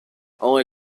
only